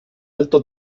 alto